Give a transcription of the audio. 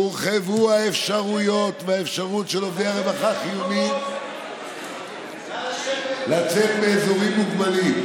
הורחבו האפשרויות של עובדי הרווחה החיוניים לצאת מאזורים מוגבלים.